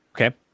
Okay